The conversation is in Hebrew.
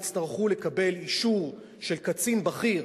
יצטרכו לקבל אישור של קצין בכיר,